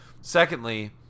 secondly